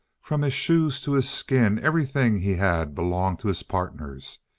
from his shoes to his skin everything he had belonged to his partners.